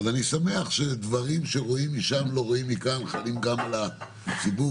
אז אני שמח שדברים שרואים משם לא רואים מכאן חלים גם על הציבור,